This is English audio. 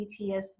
PTSD